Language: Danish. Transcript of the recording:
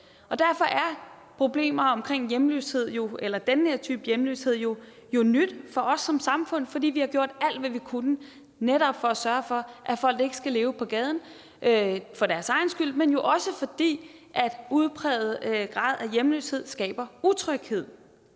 Derfor er problemet med den her type hjemløshed noget nyt for os som samfund, fordi vi netop har gjort alt, hvad vi kunne, for at sørge for, at folk ikke skal leve på gaden, og det er ikke alene for deres egen skyld, men også fordi udpræget grad af hjemløshed skaber utryghed.